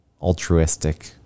altruistic